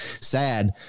Sad